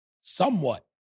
somewhat